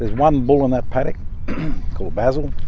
one bull in that paddock called basil,